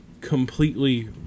completely